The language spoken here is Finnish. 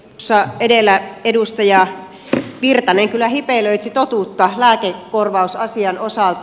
tuossa edellä edustaja virtanen kyllä hipelöitsi totuutta lääkekorvausasian osalta